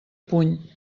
puny